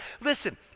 listen